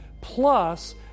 plus